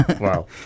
Wow